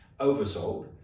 oversold